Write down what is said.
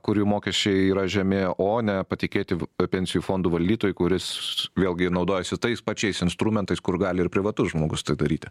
kurių mokesčiai yra žemi o ne patikėti pensijų fondo valdytojui kuris vėlgi naudojasi tais pačiais instrumentais kur gali ir privatus žmogus tai daryti